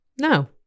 No